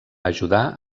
ajudar